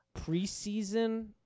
preseason